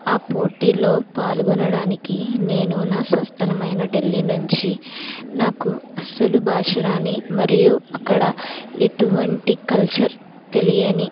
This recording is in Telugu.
ఆ పోటీలో పాల్గొనడానికి నేను నా స్వస్థలమైన ఢిల్లీ నుంచి నాకు అస్సలు భాష రాని మరియు అక్కడ ఎటువంటి కల్చర్ తెలియని